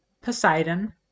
Poseidon